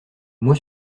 mois